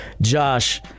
josh